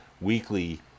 weekly